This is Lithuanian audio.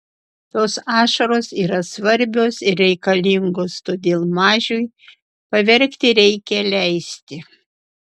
tos ašaros yra svarbios ir reikalingos todėl mažiui paverkti reikia leisti